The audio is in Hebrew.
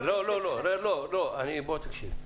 תקשיב,